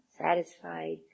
satisfied